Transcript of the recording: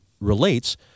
relates